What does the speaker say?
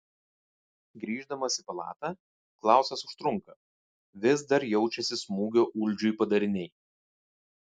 grįždamas į palatą klausas užtrunka vis dar jaučiasi smūgio uldžiui padariniai